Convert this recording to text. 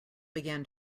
began